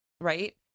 right